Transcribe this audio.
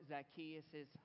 Zacchaeus